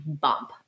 bump